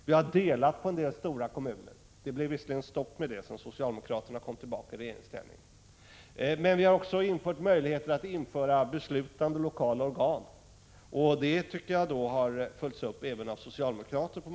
Vi har delat på en del stora kommuner — det blev dock stopp för detta när socialdemokraterna kom tillbaka i regeringsställning. Vi har också skapat möjligheter att införa beslutande lokala organ, vilket på många håll följts upp på ett förtjänstfullt sätt även av socialdemokrater.